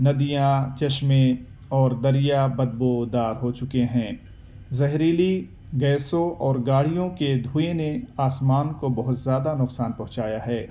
ندیاں چشمے اور دریا بدبودار ہوچکے ہیں زہریلی گیسوں اور گاڑیوں کے دھوئیں نے آسمان کو بہت زیادہ نقصان پہنچایا ہے